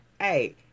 Hey